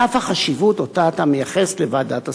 על אף החשיבות שאתה מייחס לוועדת השרים,